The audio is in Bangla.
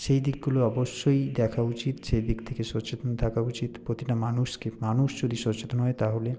সেই দিকগুলো অবশ্যই দেখা উচিত সেদিক থেকে সচেতন থাকা উচিত প্রতিটা মানুষকে মানুষ যদি সচেতন হয় তাহলে